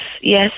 yes